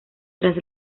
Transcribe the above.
tras